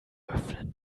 öffnen